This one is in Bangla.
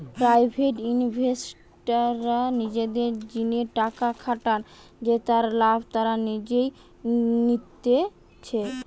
প্রাইভেট ইনভেস্টররা নিজেদের জিনে টাকা খাটান জেতার লাভ তারা নিজেই নিতেছে